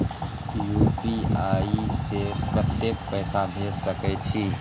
UPI से कत्ते पैसा भेज सके छियै?